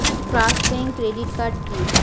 Trust bank credit card কি?